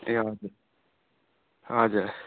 ए हजुर हजुर